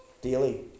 daily